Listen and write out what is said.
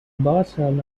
bottom